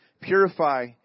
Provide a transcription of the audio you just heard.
purify